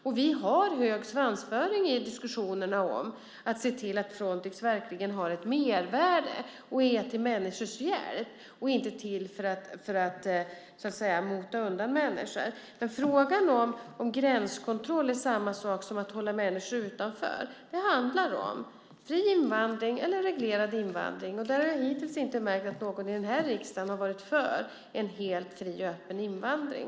Och vi har hög svansföring i diskussionerna om att se till att Frontex verkligen har ett mervärde och är till människors hjälp och inte till för att mota undan människor. När det gäller frågan om gränskontroll är samma sak som att hålla människor utanför handlar det om fri invandring eller reglerad invandring, och jag har hittills inte märkt att någon i den här riksdagen har varit för en helt fri och öppen invandring.